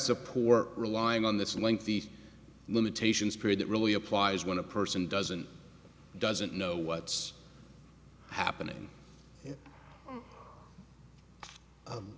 poor relying on this lengthy limitations period that really applies when a person doesn't doesn't know what's happening